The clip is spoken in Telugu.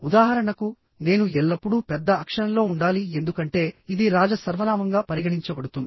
ఉదాహరణకు నేను ఎల్లప్పుడూ పెద్ద అక్షరంలో ఉండాలి ఎందుకంటే ఇది రాజ సర్వనామంగా పరిగణించబడుతుంది